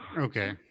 Okay